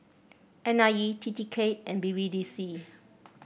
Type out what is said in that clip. N I E T T K and B B D C